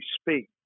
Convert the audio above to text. speak